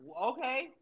okay